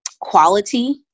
quality